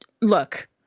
look